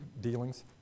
dealings